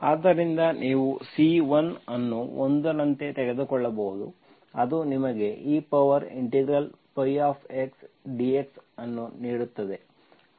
ಆದ್ದರಿಂದ ನೀವು C1 ಅನ್ನು 1 ನಂತೆ ತೆಗೆದುಕೊಳ್ಳಬಹುದು ಅದು ನಿಮಗೆ ex dx ಅನ್ನು ನೀಡುತ್ತದೆ ಅದು ನಿಮ್ಮ ಇಂಟಿಗ್ರೇಟಿಂಗ್ ಅಂಶವಾಗಿದೆ